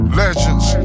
legends